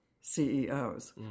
CEOs